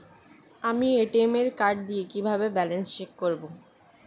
আমি ATM card দিয়ে কিভাবে ব্যালেন্স চেক করব?